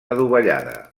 adovellada